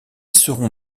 seront